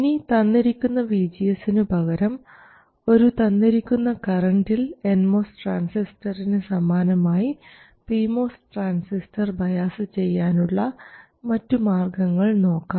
ഇനി തന്നിരിക്കുന്ന VGS നു പകരം ഒരു തന്നിരിക്കുന്ന കറൻറിൽ എൻ മോസ് ട്രാൻസിസ്റ്ററിനു സമാനമായി പി മോസ് ട്രാൻസിസ്റ്റർ ബയാസ് ചെയ്യാനുള്ള മറ്റു മാർഗങ്ങൾ നോക്കാം